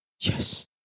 yes